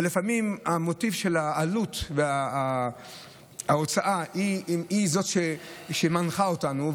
ולפעמים המוטיב של העלות וההוצאה הוא זה שמנחה אותנו.